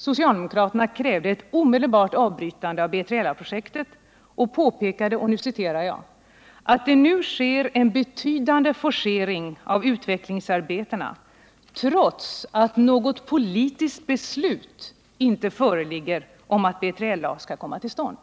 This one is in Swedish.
Socialdemokraterna krävde ett Nr 46 omedelbart avbrytande av B3LA-projektet och påpekade att det nu sker en betydande forcering av utvecklingsarbetena trots att något politiskt beslut inte föreligger om att BLA skall komma till stånd.